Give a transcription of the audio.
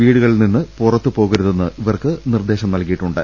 വീടുകളിൽനിന്ന് പുറത്ത് പോക്രു തെന്ന് ഇവർക്ക് നിർദ്ദേശം നൽകിയിട്ടുണ്ട്